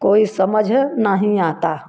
कोई समझ नहीं आता